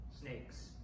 snakes